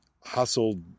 hustled